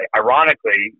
ironically